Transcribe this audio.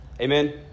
Amen